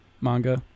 manga